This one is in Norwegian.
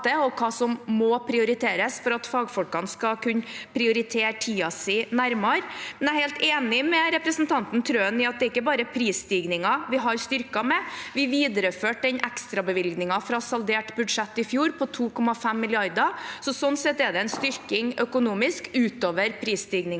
og hva som må prioriteres, for at fagfolkene skal kunne prioritere tiden sin nærmere. Jeg er imidlertid helt enig med representanten Trøen i at det ikke bare er prisstigningen vi har styrket med, vi videreførte også ekstrabevilgningen fra saldert budsjett i fjor på 2,5 mrd. kr, så sånn sett er det en økonomisk styrking utover prisstigningen